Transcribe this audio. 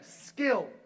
skill